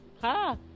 Ha